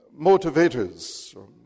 motivators